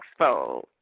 Expo